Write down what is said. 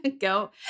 go